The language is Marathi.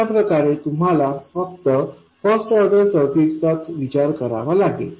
अशा प्रकारे तुम्हाला फक्त फर्स्ट ऑर्डर सर्किट्सचा विचार करावा लागेल